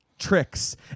tricks